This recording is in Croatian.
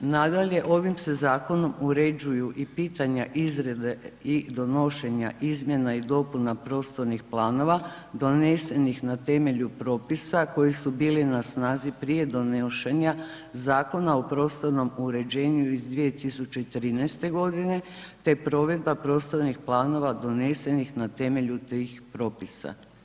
Nadalje, ovim se zakonom uređuju i pitanja izrade i donošenja izmjena i dopuna prostornih planova donesenih na temelju propisa koji su bili na snazi prije donošenja Zakona o prostornom uređenju iz 2013.g., te provedba prostornih planova donesenih na temelju tih propisa.